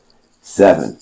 Seven